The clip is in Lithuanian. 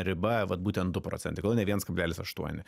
riba vat būtent du procentai kodėl ne viens kablelis aštuoni